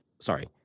Sorry